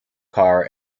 car